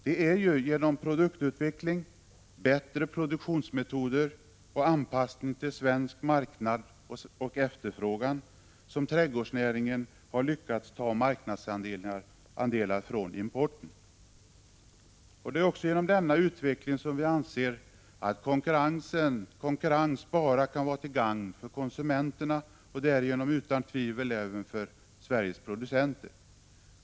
Det är ju genom produktutveckling, bättre produktionsmetoder och anpassning till svensk marknad och efterfrågan som trädgårdsnäringen har lyckats ta marknadsandelar från importen. Och det är också genom denna utveckling som vi anser att konkurrens bara kan vara till gagn för konsumenterna och därigenom utan tvivel även för Sveriges producenter.